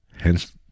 hence